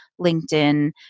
LinkedIn